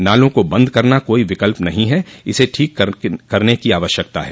नालो को बंद करना कोई विकल्प नहीं है इन्हें ठीक करने की आवश्यकता है